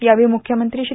यावेळी मुख्यमंत्री श्री